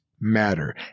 matter